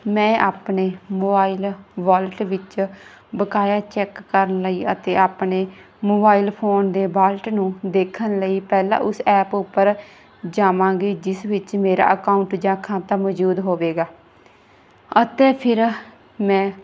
ਮੈਂ ਆਪਣੇ mobile wallet ਵਿੱਚ ਬਕਾਇਆ ਚੈੱਕ ਕਰਨ ਲਈ ਅਤੇ ਆਪਣੇ ਮੋਬਾਈਲ ਫੋਨ ਦੇ ਵਲਟ ਨੂੰ ਦੇਖਣ ਲਈ ਪਹਿਲਾਂ ਉਸ ਐਪ ਉੱਪਰ ਜਾਵਾਂਗੀ ਜਿਸ ਵਿੱਚ ਮੇਰਾ ਅਕਾਊਂਟ ਜਾਂ ਖਾਤਾ ਮੌਜੂਦ ਹੋਵੇਗਾ ਅਤੇ ਫਿਰ ਮੈਂ